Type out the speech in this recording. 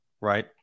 right